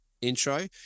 intro